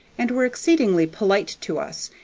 and were exceedingly polite to us,